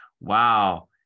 wow